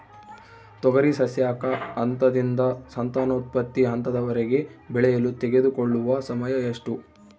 ತೊಗರಿ ಸಸ್ಯಕ ಹಂತದಿಂದ ಸಂತಾನೋತ್ಪತ್ತಿ ಹಂತದವರೆಗೆ ಬೆಳೆಯಲು ತೆಗೆದುಕೊಳ್ಳುವ ಸಮಯ ಎಷ್ಟು?